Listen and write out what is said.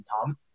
Tom